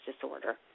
disorder